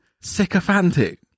sycophantic